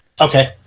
Okay